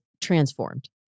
transformed